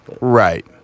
Right